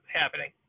happening